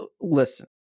listen